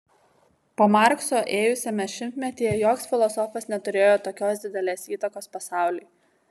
po markso ėjusiame šimtmetyje joks filosofas neturėjo tokios didelės įtakos pasauliui